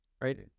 Right